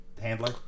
handler